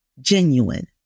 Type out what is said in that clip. genuine